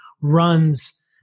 runs